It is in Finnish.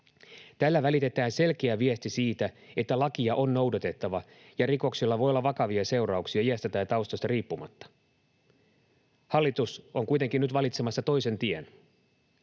Tällä välitetään selkeä viesti siitä, että lakia on noudatettava ja rikoksilla voi olla vakavia seurauksia iästä tai taustasta riippumatta. Hallitus on kuitenkin nyt valitsemassa toisen tien.